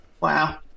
Wow